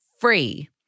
free